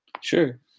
Sure